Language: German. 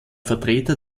vertreter